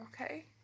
Okay